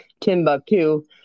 Timbuktu